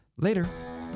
Later